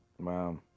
Wow